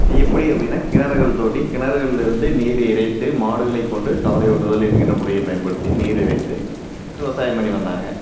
எப்படி அப்படின்னா கிணறுகள் தோண்டி கிணறுகள்லேருந்து நீர் இறைத்து மாடுகளை கொண்டு கமலை ஓட்டுதல் என்கின்ற முறையை பயன்படுத்தி நீர் இறைத்து விவசாயம் பண்ணி வந்தாங்க